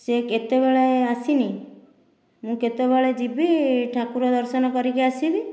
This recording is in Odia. ସେ କେତେବେଳେ ଆସିନି ମୁଁ କେତେବେଳେ ଯିବି ଠାକୁର ଦର୍ଶନ କରିକି ଆସିବି